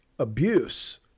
abuse